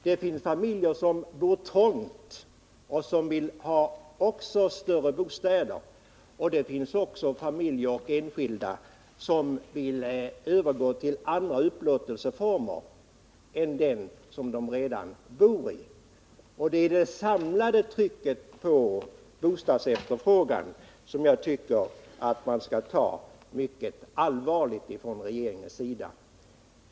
Det finns familjer som bor trångt och därför vill ha större bostäder. Det finns också familjer och enskilda som vill övergå till en annan upplåtelseform än den de redan har. Det är det samlade trycket på bostadsefterfrågan som jag tycker man skall ta mycket allvarligt på från regeringens sida.